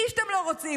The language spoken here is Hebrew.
מי שאתם לא רוצים.